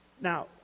now